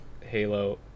Halo